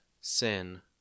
sin